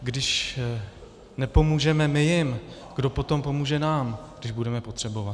Když nepomůžeme my jim, kdo potom pomůže nám, když budeme potřebovat?